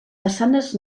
façanes